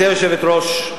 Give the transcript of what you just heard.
גברתי היושבת-ראש,